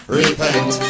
repent